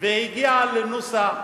והגיעה לנוסח,